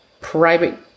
Private